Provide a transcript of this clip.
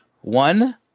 One